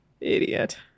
Idiot